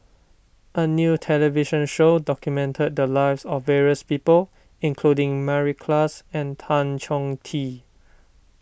a new television show documented the lives of various people including Mary Klass and Tan Chong Tee